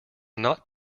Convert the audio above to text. not